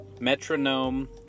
metronome